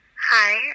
Hi